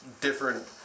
different